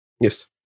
Yes